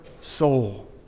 soul